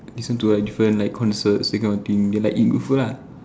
listen to like different like concerts that kind of thing then like eat good food lah